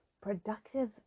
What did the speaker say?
productive